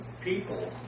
people